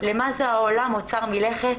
למה זה שהעולם עצר מלכת,